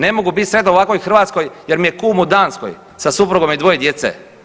Ne mogu bit sretan u ovakvoj Hrvatskoj jer mi je kum u Danskoj sa suprugom i dvoje djece.